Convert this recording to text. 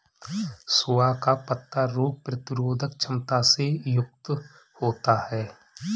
सोआ का पत्ता रोग प्रतिरोधक क्षमता से युक्त होता है